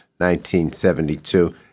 1972